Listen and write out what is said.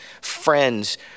friends